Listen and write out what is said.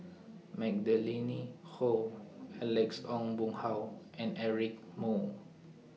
Magdalene Khoo Alex Ong Boon Hau and Eric Moo